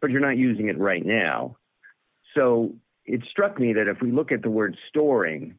but you're not using it right now so it struck me that if we look at the word storing